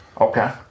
Okay